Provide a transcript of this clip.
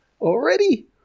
Already